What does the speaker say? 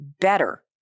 better